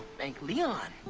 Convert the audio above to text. thank leon.